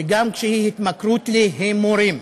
וגם כשהיא התמכרות להימורים.